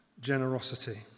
generosity